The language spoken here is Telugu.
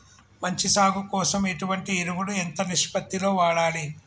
మంచి సాగు కోసం ఎటువంటి ఎరువులు ఎంత నిష్పత్తి లో వాడాలి?